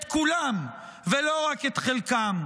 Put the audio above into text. את כולם, ולא רק את חלקם.